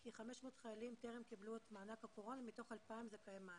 כי 500 חיילים טרם קיבלו את מענק הקורונה מתוך 2,000 זכאי מענק.